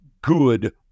good